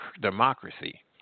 democracy